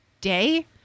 day